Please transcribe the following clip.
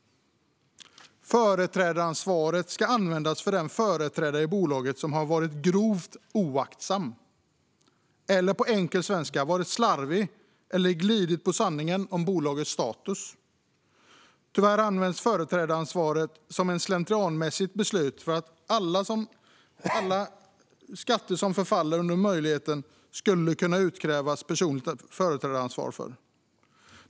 Företrädaransvaret ska användas för den företrädare i bolaget som har varit grovt oaktsam, eller på enkel svenska varit slarvig eller glidit på sanningen om bolagets status. Tyvärr används företrädaransvaret som ett slentrianmässigt beslut för att man för alla skatter som faller under möjligheten ska kunna utkräva personligt företrädaransvar.